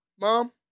Mom